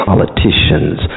Politicians